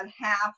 half